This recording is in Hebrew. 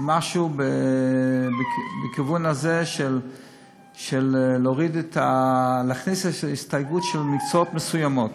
משהו בכיוון הזה של להכניס איזו הסתייגות של מקצועות מסוימים.